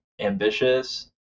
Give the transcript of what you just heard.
ambitious